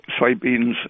Soybeans